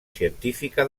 científica